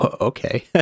Okay